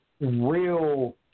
real